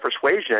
persuasion